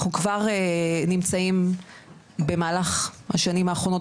אנחנו כבר נמצאים במהלך השנים האחרונות,